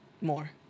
more